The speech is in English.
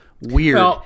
Weird